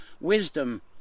wisdom